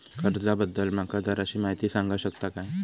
कर्जा बद्दल माका जराशी माहिती सांगा शकता काय?